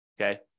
okay